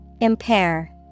Impair